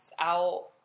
out